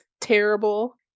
terrible